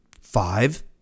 five